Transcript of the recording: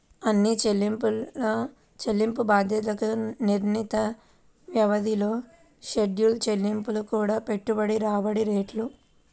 అన్ని చెల్లింపు బాధ్యతలకు నిర్ణీత వ్యవధిలో షెడ్యూల్ చెల్లింపు కూడిన పెట్టుబడి రాబడి రేటు